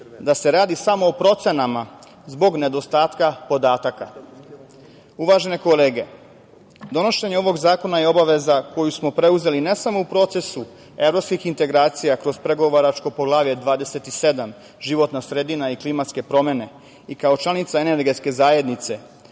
da se radi samo o procenama zbog nedostatka podataka. Uvažene kolege, donošenje ovog zakona je obaveza koju smo preuzeli ne samo u procesu evropskih integracija kroz pregovaračko Poglavlje 27 – životna sredina i klimatske promene i kao članica Energetske zajednice,